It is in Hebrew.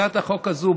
הצעת החוק הזאת